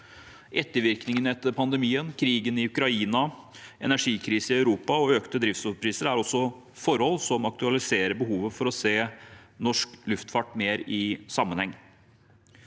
Ettervirkningene etter pandemien, krigen i Ukraina, energikrise i Europa og økte drivstoffpriser er også forhold som aktualiserer behovet for å se norsk luftfart mer i sammenheng.